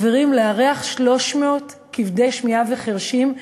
לארח 300 כבדי שמיעה וחירשים בכנסת.